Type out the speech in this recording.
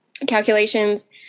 Calculations